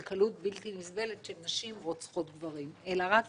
של קלות בלתי-נסבלת שנשים רוצחות גברים, אלא רק